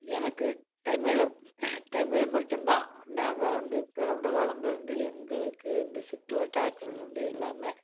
எனக்கு தமிழில் தமிழ் மட்டும் தான் நாங்கள் வந்து பிறந்து வளர்ந்தது வந்து எங்களுக்கு இந்த சுற்று வட்டாரத்தில் இருந்து எல்லாமே